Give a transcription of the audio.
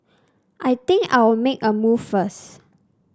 I think I'll make a move first